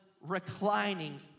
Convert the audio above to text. reclining